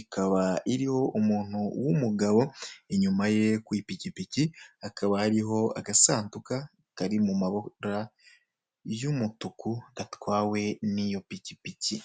ikaba iriho umuntu w'umugabo. Inyuma ye kw'ipikipiki hakaba hariho agasanduka kari mu mabara y'umutuku gatwawe niyo pikipiki.